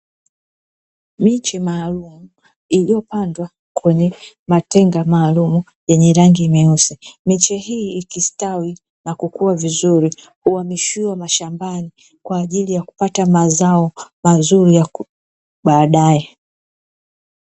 Miche maalumu iliyopandwa kwenye matenga maalumu yenye rangi nyeusi, miche hii ikistawi na kukua vizuri, huhamishiwa mashambani kwa ajili ya kupata mazao mazuri ya baadaye.